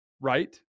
right